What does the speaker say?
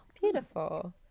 Beautiful